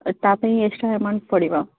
ତା ପାଇଁ extra amount ପଡ଼ିବ